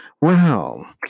wow